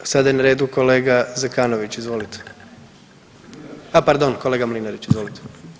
A sada je na redu kolega Zekanović, izvolite, a pardon kolega Mlinarić, izvolite.